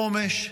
חומש,